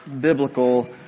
biblical